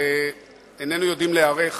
איננו יודעים להיערך